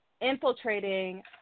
infiltrating